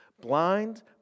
Blind